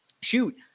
Shoot